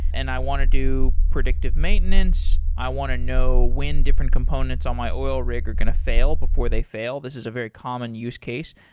and i want to do predictive maintenance. i want to know when different components on my oil rig are going to fail before they fail. this is a very common use case.